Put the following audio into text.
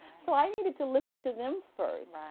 so i needed to listen to them first.